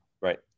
right